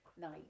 night